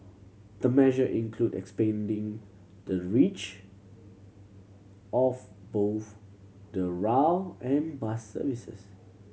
the measure include expanding the reach of both the rail and bus services